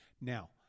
Now